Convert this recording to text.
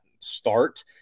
start